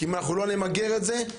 אם אנחנו לא נמגר את זה,